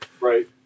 Right